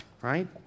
right